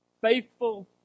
faithful